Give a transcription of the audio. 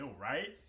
right